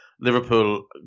Liverpool